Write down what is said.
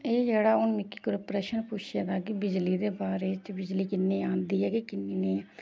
एह् जेह्ड़ा मिगी प्रश्न पुच्छे दा कि बिजली दे बारे च बिजली किन्नी आंदी ऐ कि किन्नी नेईं